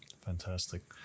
Fantastic